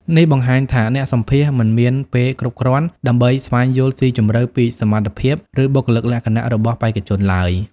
នេះបង្ហាញថាអ្នកសម្ភាសន៍មិនមានពេលគ្រប់គ្រាន់ដើម្បីស្វែងយល់ស៊ីជម្រៅពីសមត្ថភាព ឬបុគ្គលិកលក្ខណៈរបស់បេក្ខជនឡើយ។